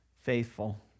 faithful